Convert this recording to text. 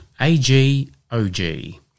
A-G-O-G